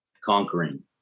conquering